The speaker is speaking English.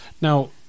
Now